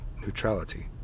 neutrality